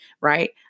right